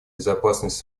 безопасность